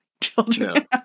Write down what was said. children